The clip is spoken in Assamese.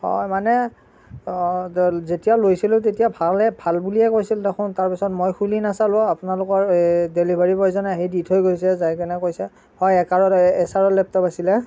হয় মানে যেতিয়া লৈছিলোঁ তেতিয়া ভালে ভাল বুলিয়ে কৈছিল দেখোন তাৰপিছত মই খুলি নাচালোঁ আপোনালোকৰ ডেলিভাৰী বয়জনে আহি দি থৈ গৈছে যাই কিনে কৈছে হয় একাৰৰ এচাৰৰ লেপটপ আছিলে